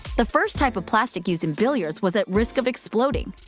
the first type of plastic used in billiards was at risk of exploding.